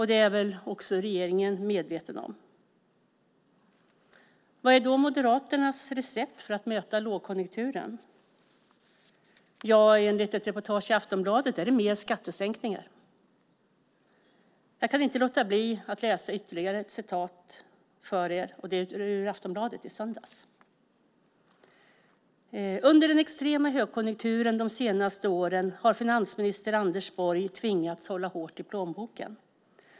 Det är också regeringen medveten om. Vad är då Moderaternas recept för att möta lågkonjunkturen? Enligt ett reportage i Aftonbladet är det fler skattesänkningar. Jag kan inte låta bli att läsa ytterligare ett citat för er, och det är ur Aftonbladet i söndags: "Under den extrema högkonjunkturen de senaste åren har finansminister Anders Borg tvingats hålla hårt i plånboken.